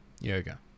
Yoga